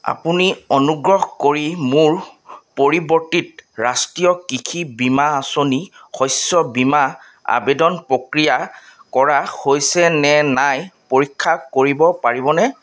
আপুনি অনুগ্ৰহ কৰি মোৰ পৰিৱৰ্তিত ৰাষ্ট্ৰীয় কৃষি বীমা আঁচনি শস্য বীমা আবেদন প্ৰক্ৰিয়া কৰা হৈছে নে নাই পৰীক্ষা কৰিব পাৰিবনে